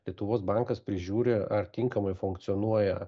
lietuvos bankas prižiūri ar tinkamai funkcionuoja